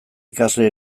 ikasle